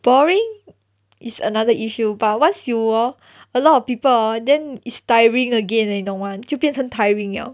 boring is another issue but once you hor a lot of people hor then is tiring again leh 你懂吗你就变成 tiring liao